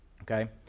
okay